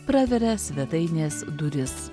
praveria svetainės duris